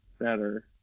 better